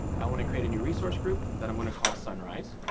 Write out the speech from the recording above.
i want to create a new resource group that i'm going to call sunrise.